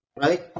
Right